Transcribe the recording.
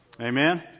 Amen